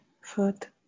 foot